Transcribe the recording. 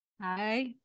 Hi